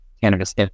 cannabis